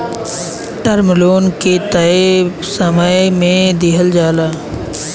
term loan के तय समय में दिहल जाला